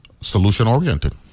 solution-oriented